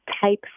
type